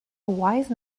wise